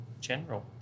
general